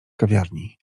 kawiarni